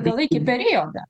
galaikį periodą